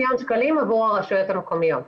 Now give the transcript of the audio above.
עבור הרשויות המקומיות,